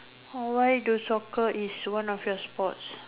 oh why do soccer is one of your sports